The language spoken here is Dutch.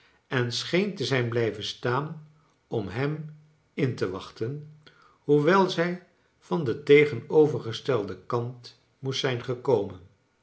en scheen te zijn blijven staan om hem in te wachten hoewel zij van den tegenovergestelden kant moest zijn gekomen